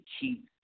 keep